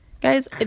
guys